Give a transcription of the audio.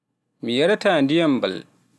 mi yaraata ndiyam mbal.